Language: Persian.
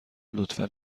لطفا